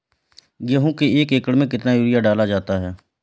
गेहूँ के एक एकड़ में कितना यूरिया डाला जाता है?